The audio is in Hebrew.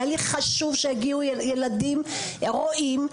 היה לי חשוב שיגיעו גם ילדים שרואים.